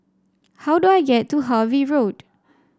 how do I get to Harvey Road